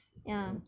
ya